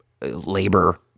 labor